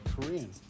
Korean